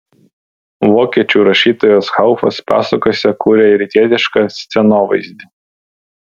vokiečių rašytojas haufas pasakose kuria rytietišką scenovaizdį